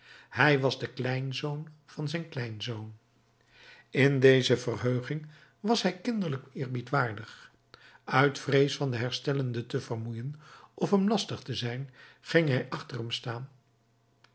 hij was de kleinzoon van zijn kleinzoon in deze verheuging was hij kinderlijk eerbiedwaardig uit vrees van den herstellende te vermoeien of hem lastig te zijn ging hij achter hem staan